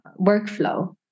workflow